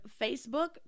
Facebook